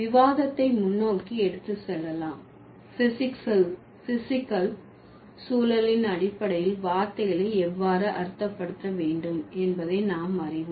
விவாதத்தை முன்னோக்கி எடுத்து செல்லலாம் பிஸிக்கல்ச் சூழலின் அடிப்படையில் வார்த்தைகளை எவ்வாறு அர்த்தப்படுத்த வேண்டும் என்பதை நாம் அறிவோம்